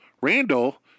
Randall